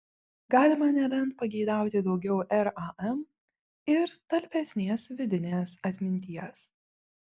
galima nebent pageidauti daugiau ram ir talpesnės vidinės atminties